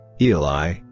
Eli